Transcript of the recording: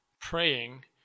praying